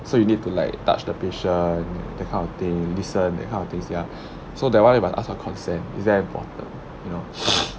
so you need to like touch the patient that kind of thing listen that kind of things ya so that one must ask for consent is very important you know